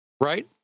right